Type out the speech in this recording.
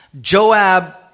Joab